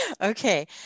Okay